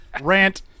Rant